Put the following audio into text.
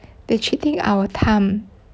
the cheating our time